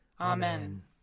Amen